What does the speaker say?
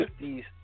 50s